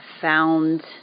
found